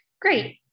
Great